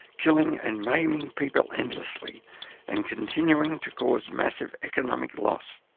killing and maiming people endlessly and continuing to cause massive economic loss?